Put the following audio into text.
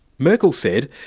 merkel said,